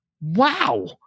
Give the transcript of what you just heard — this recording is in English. wow